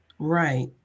right